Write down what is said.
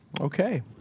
Okay